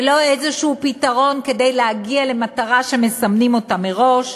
ולא פתרון כלשהו כדי להגיע למטרה שמסמנים אותה מראש,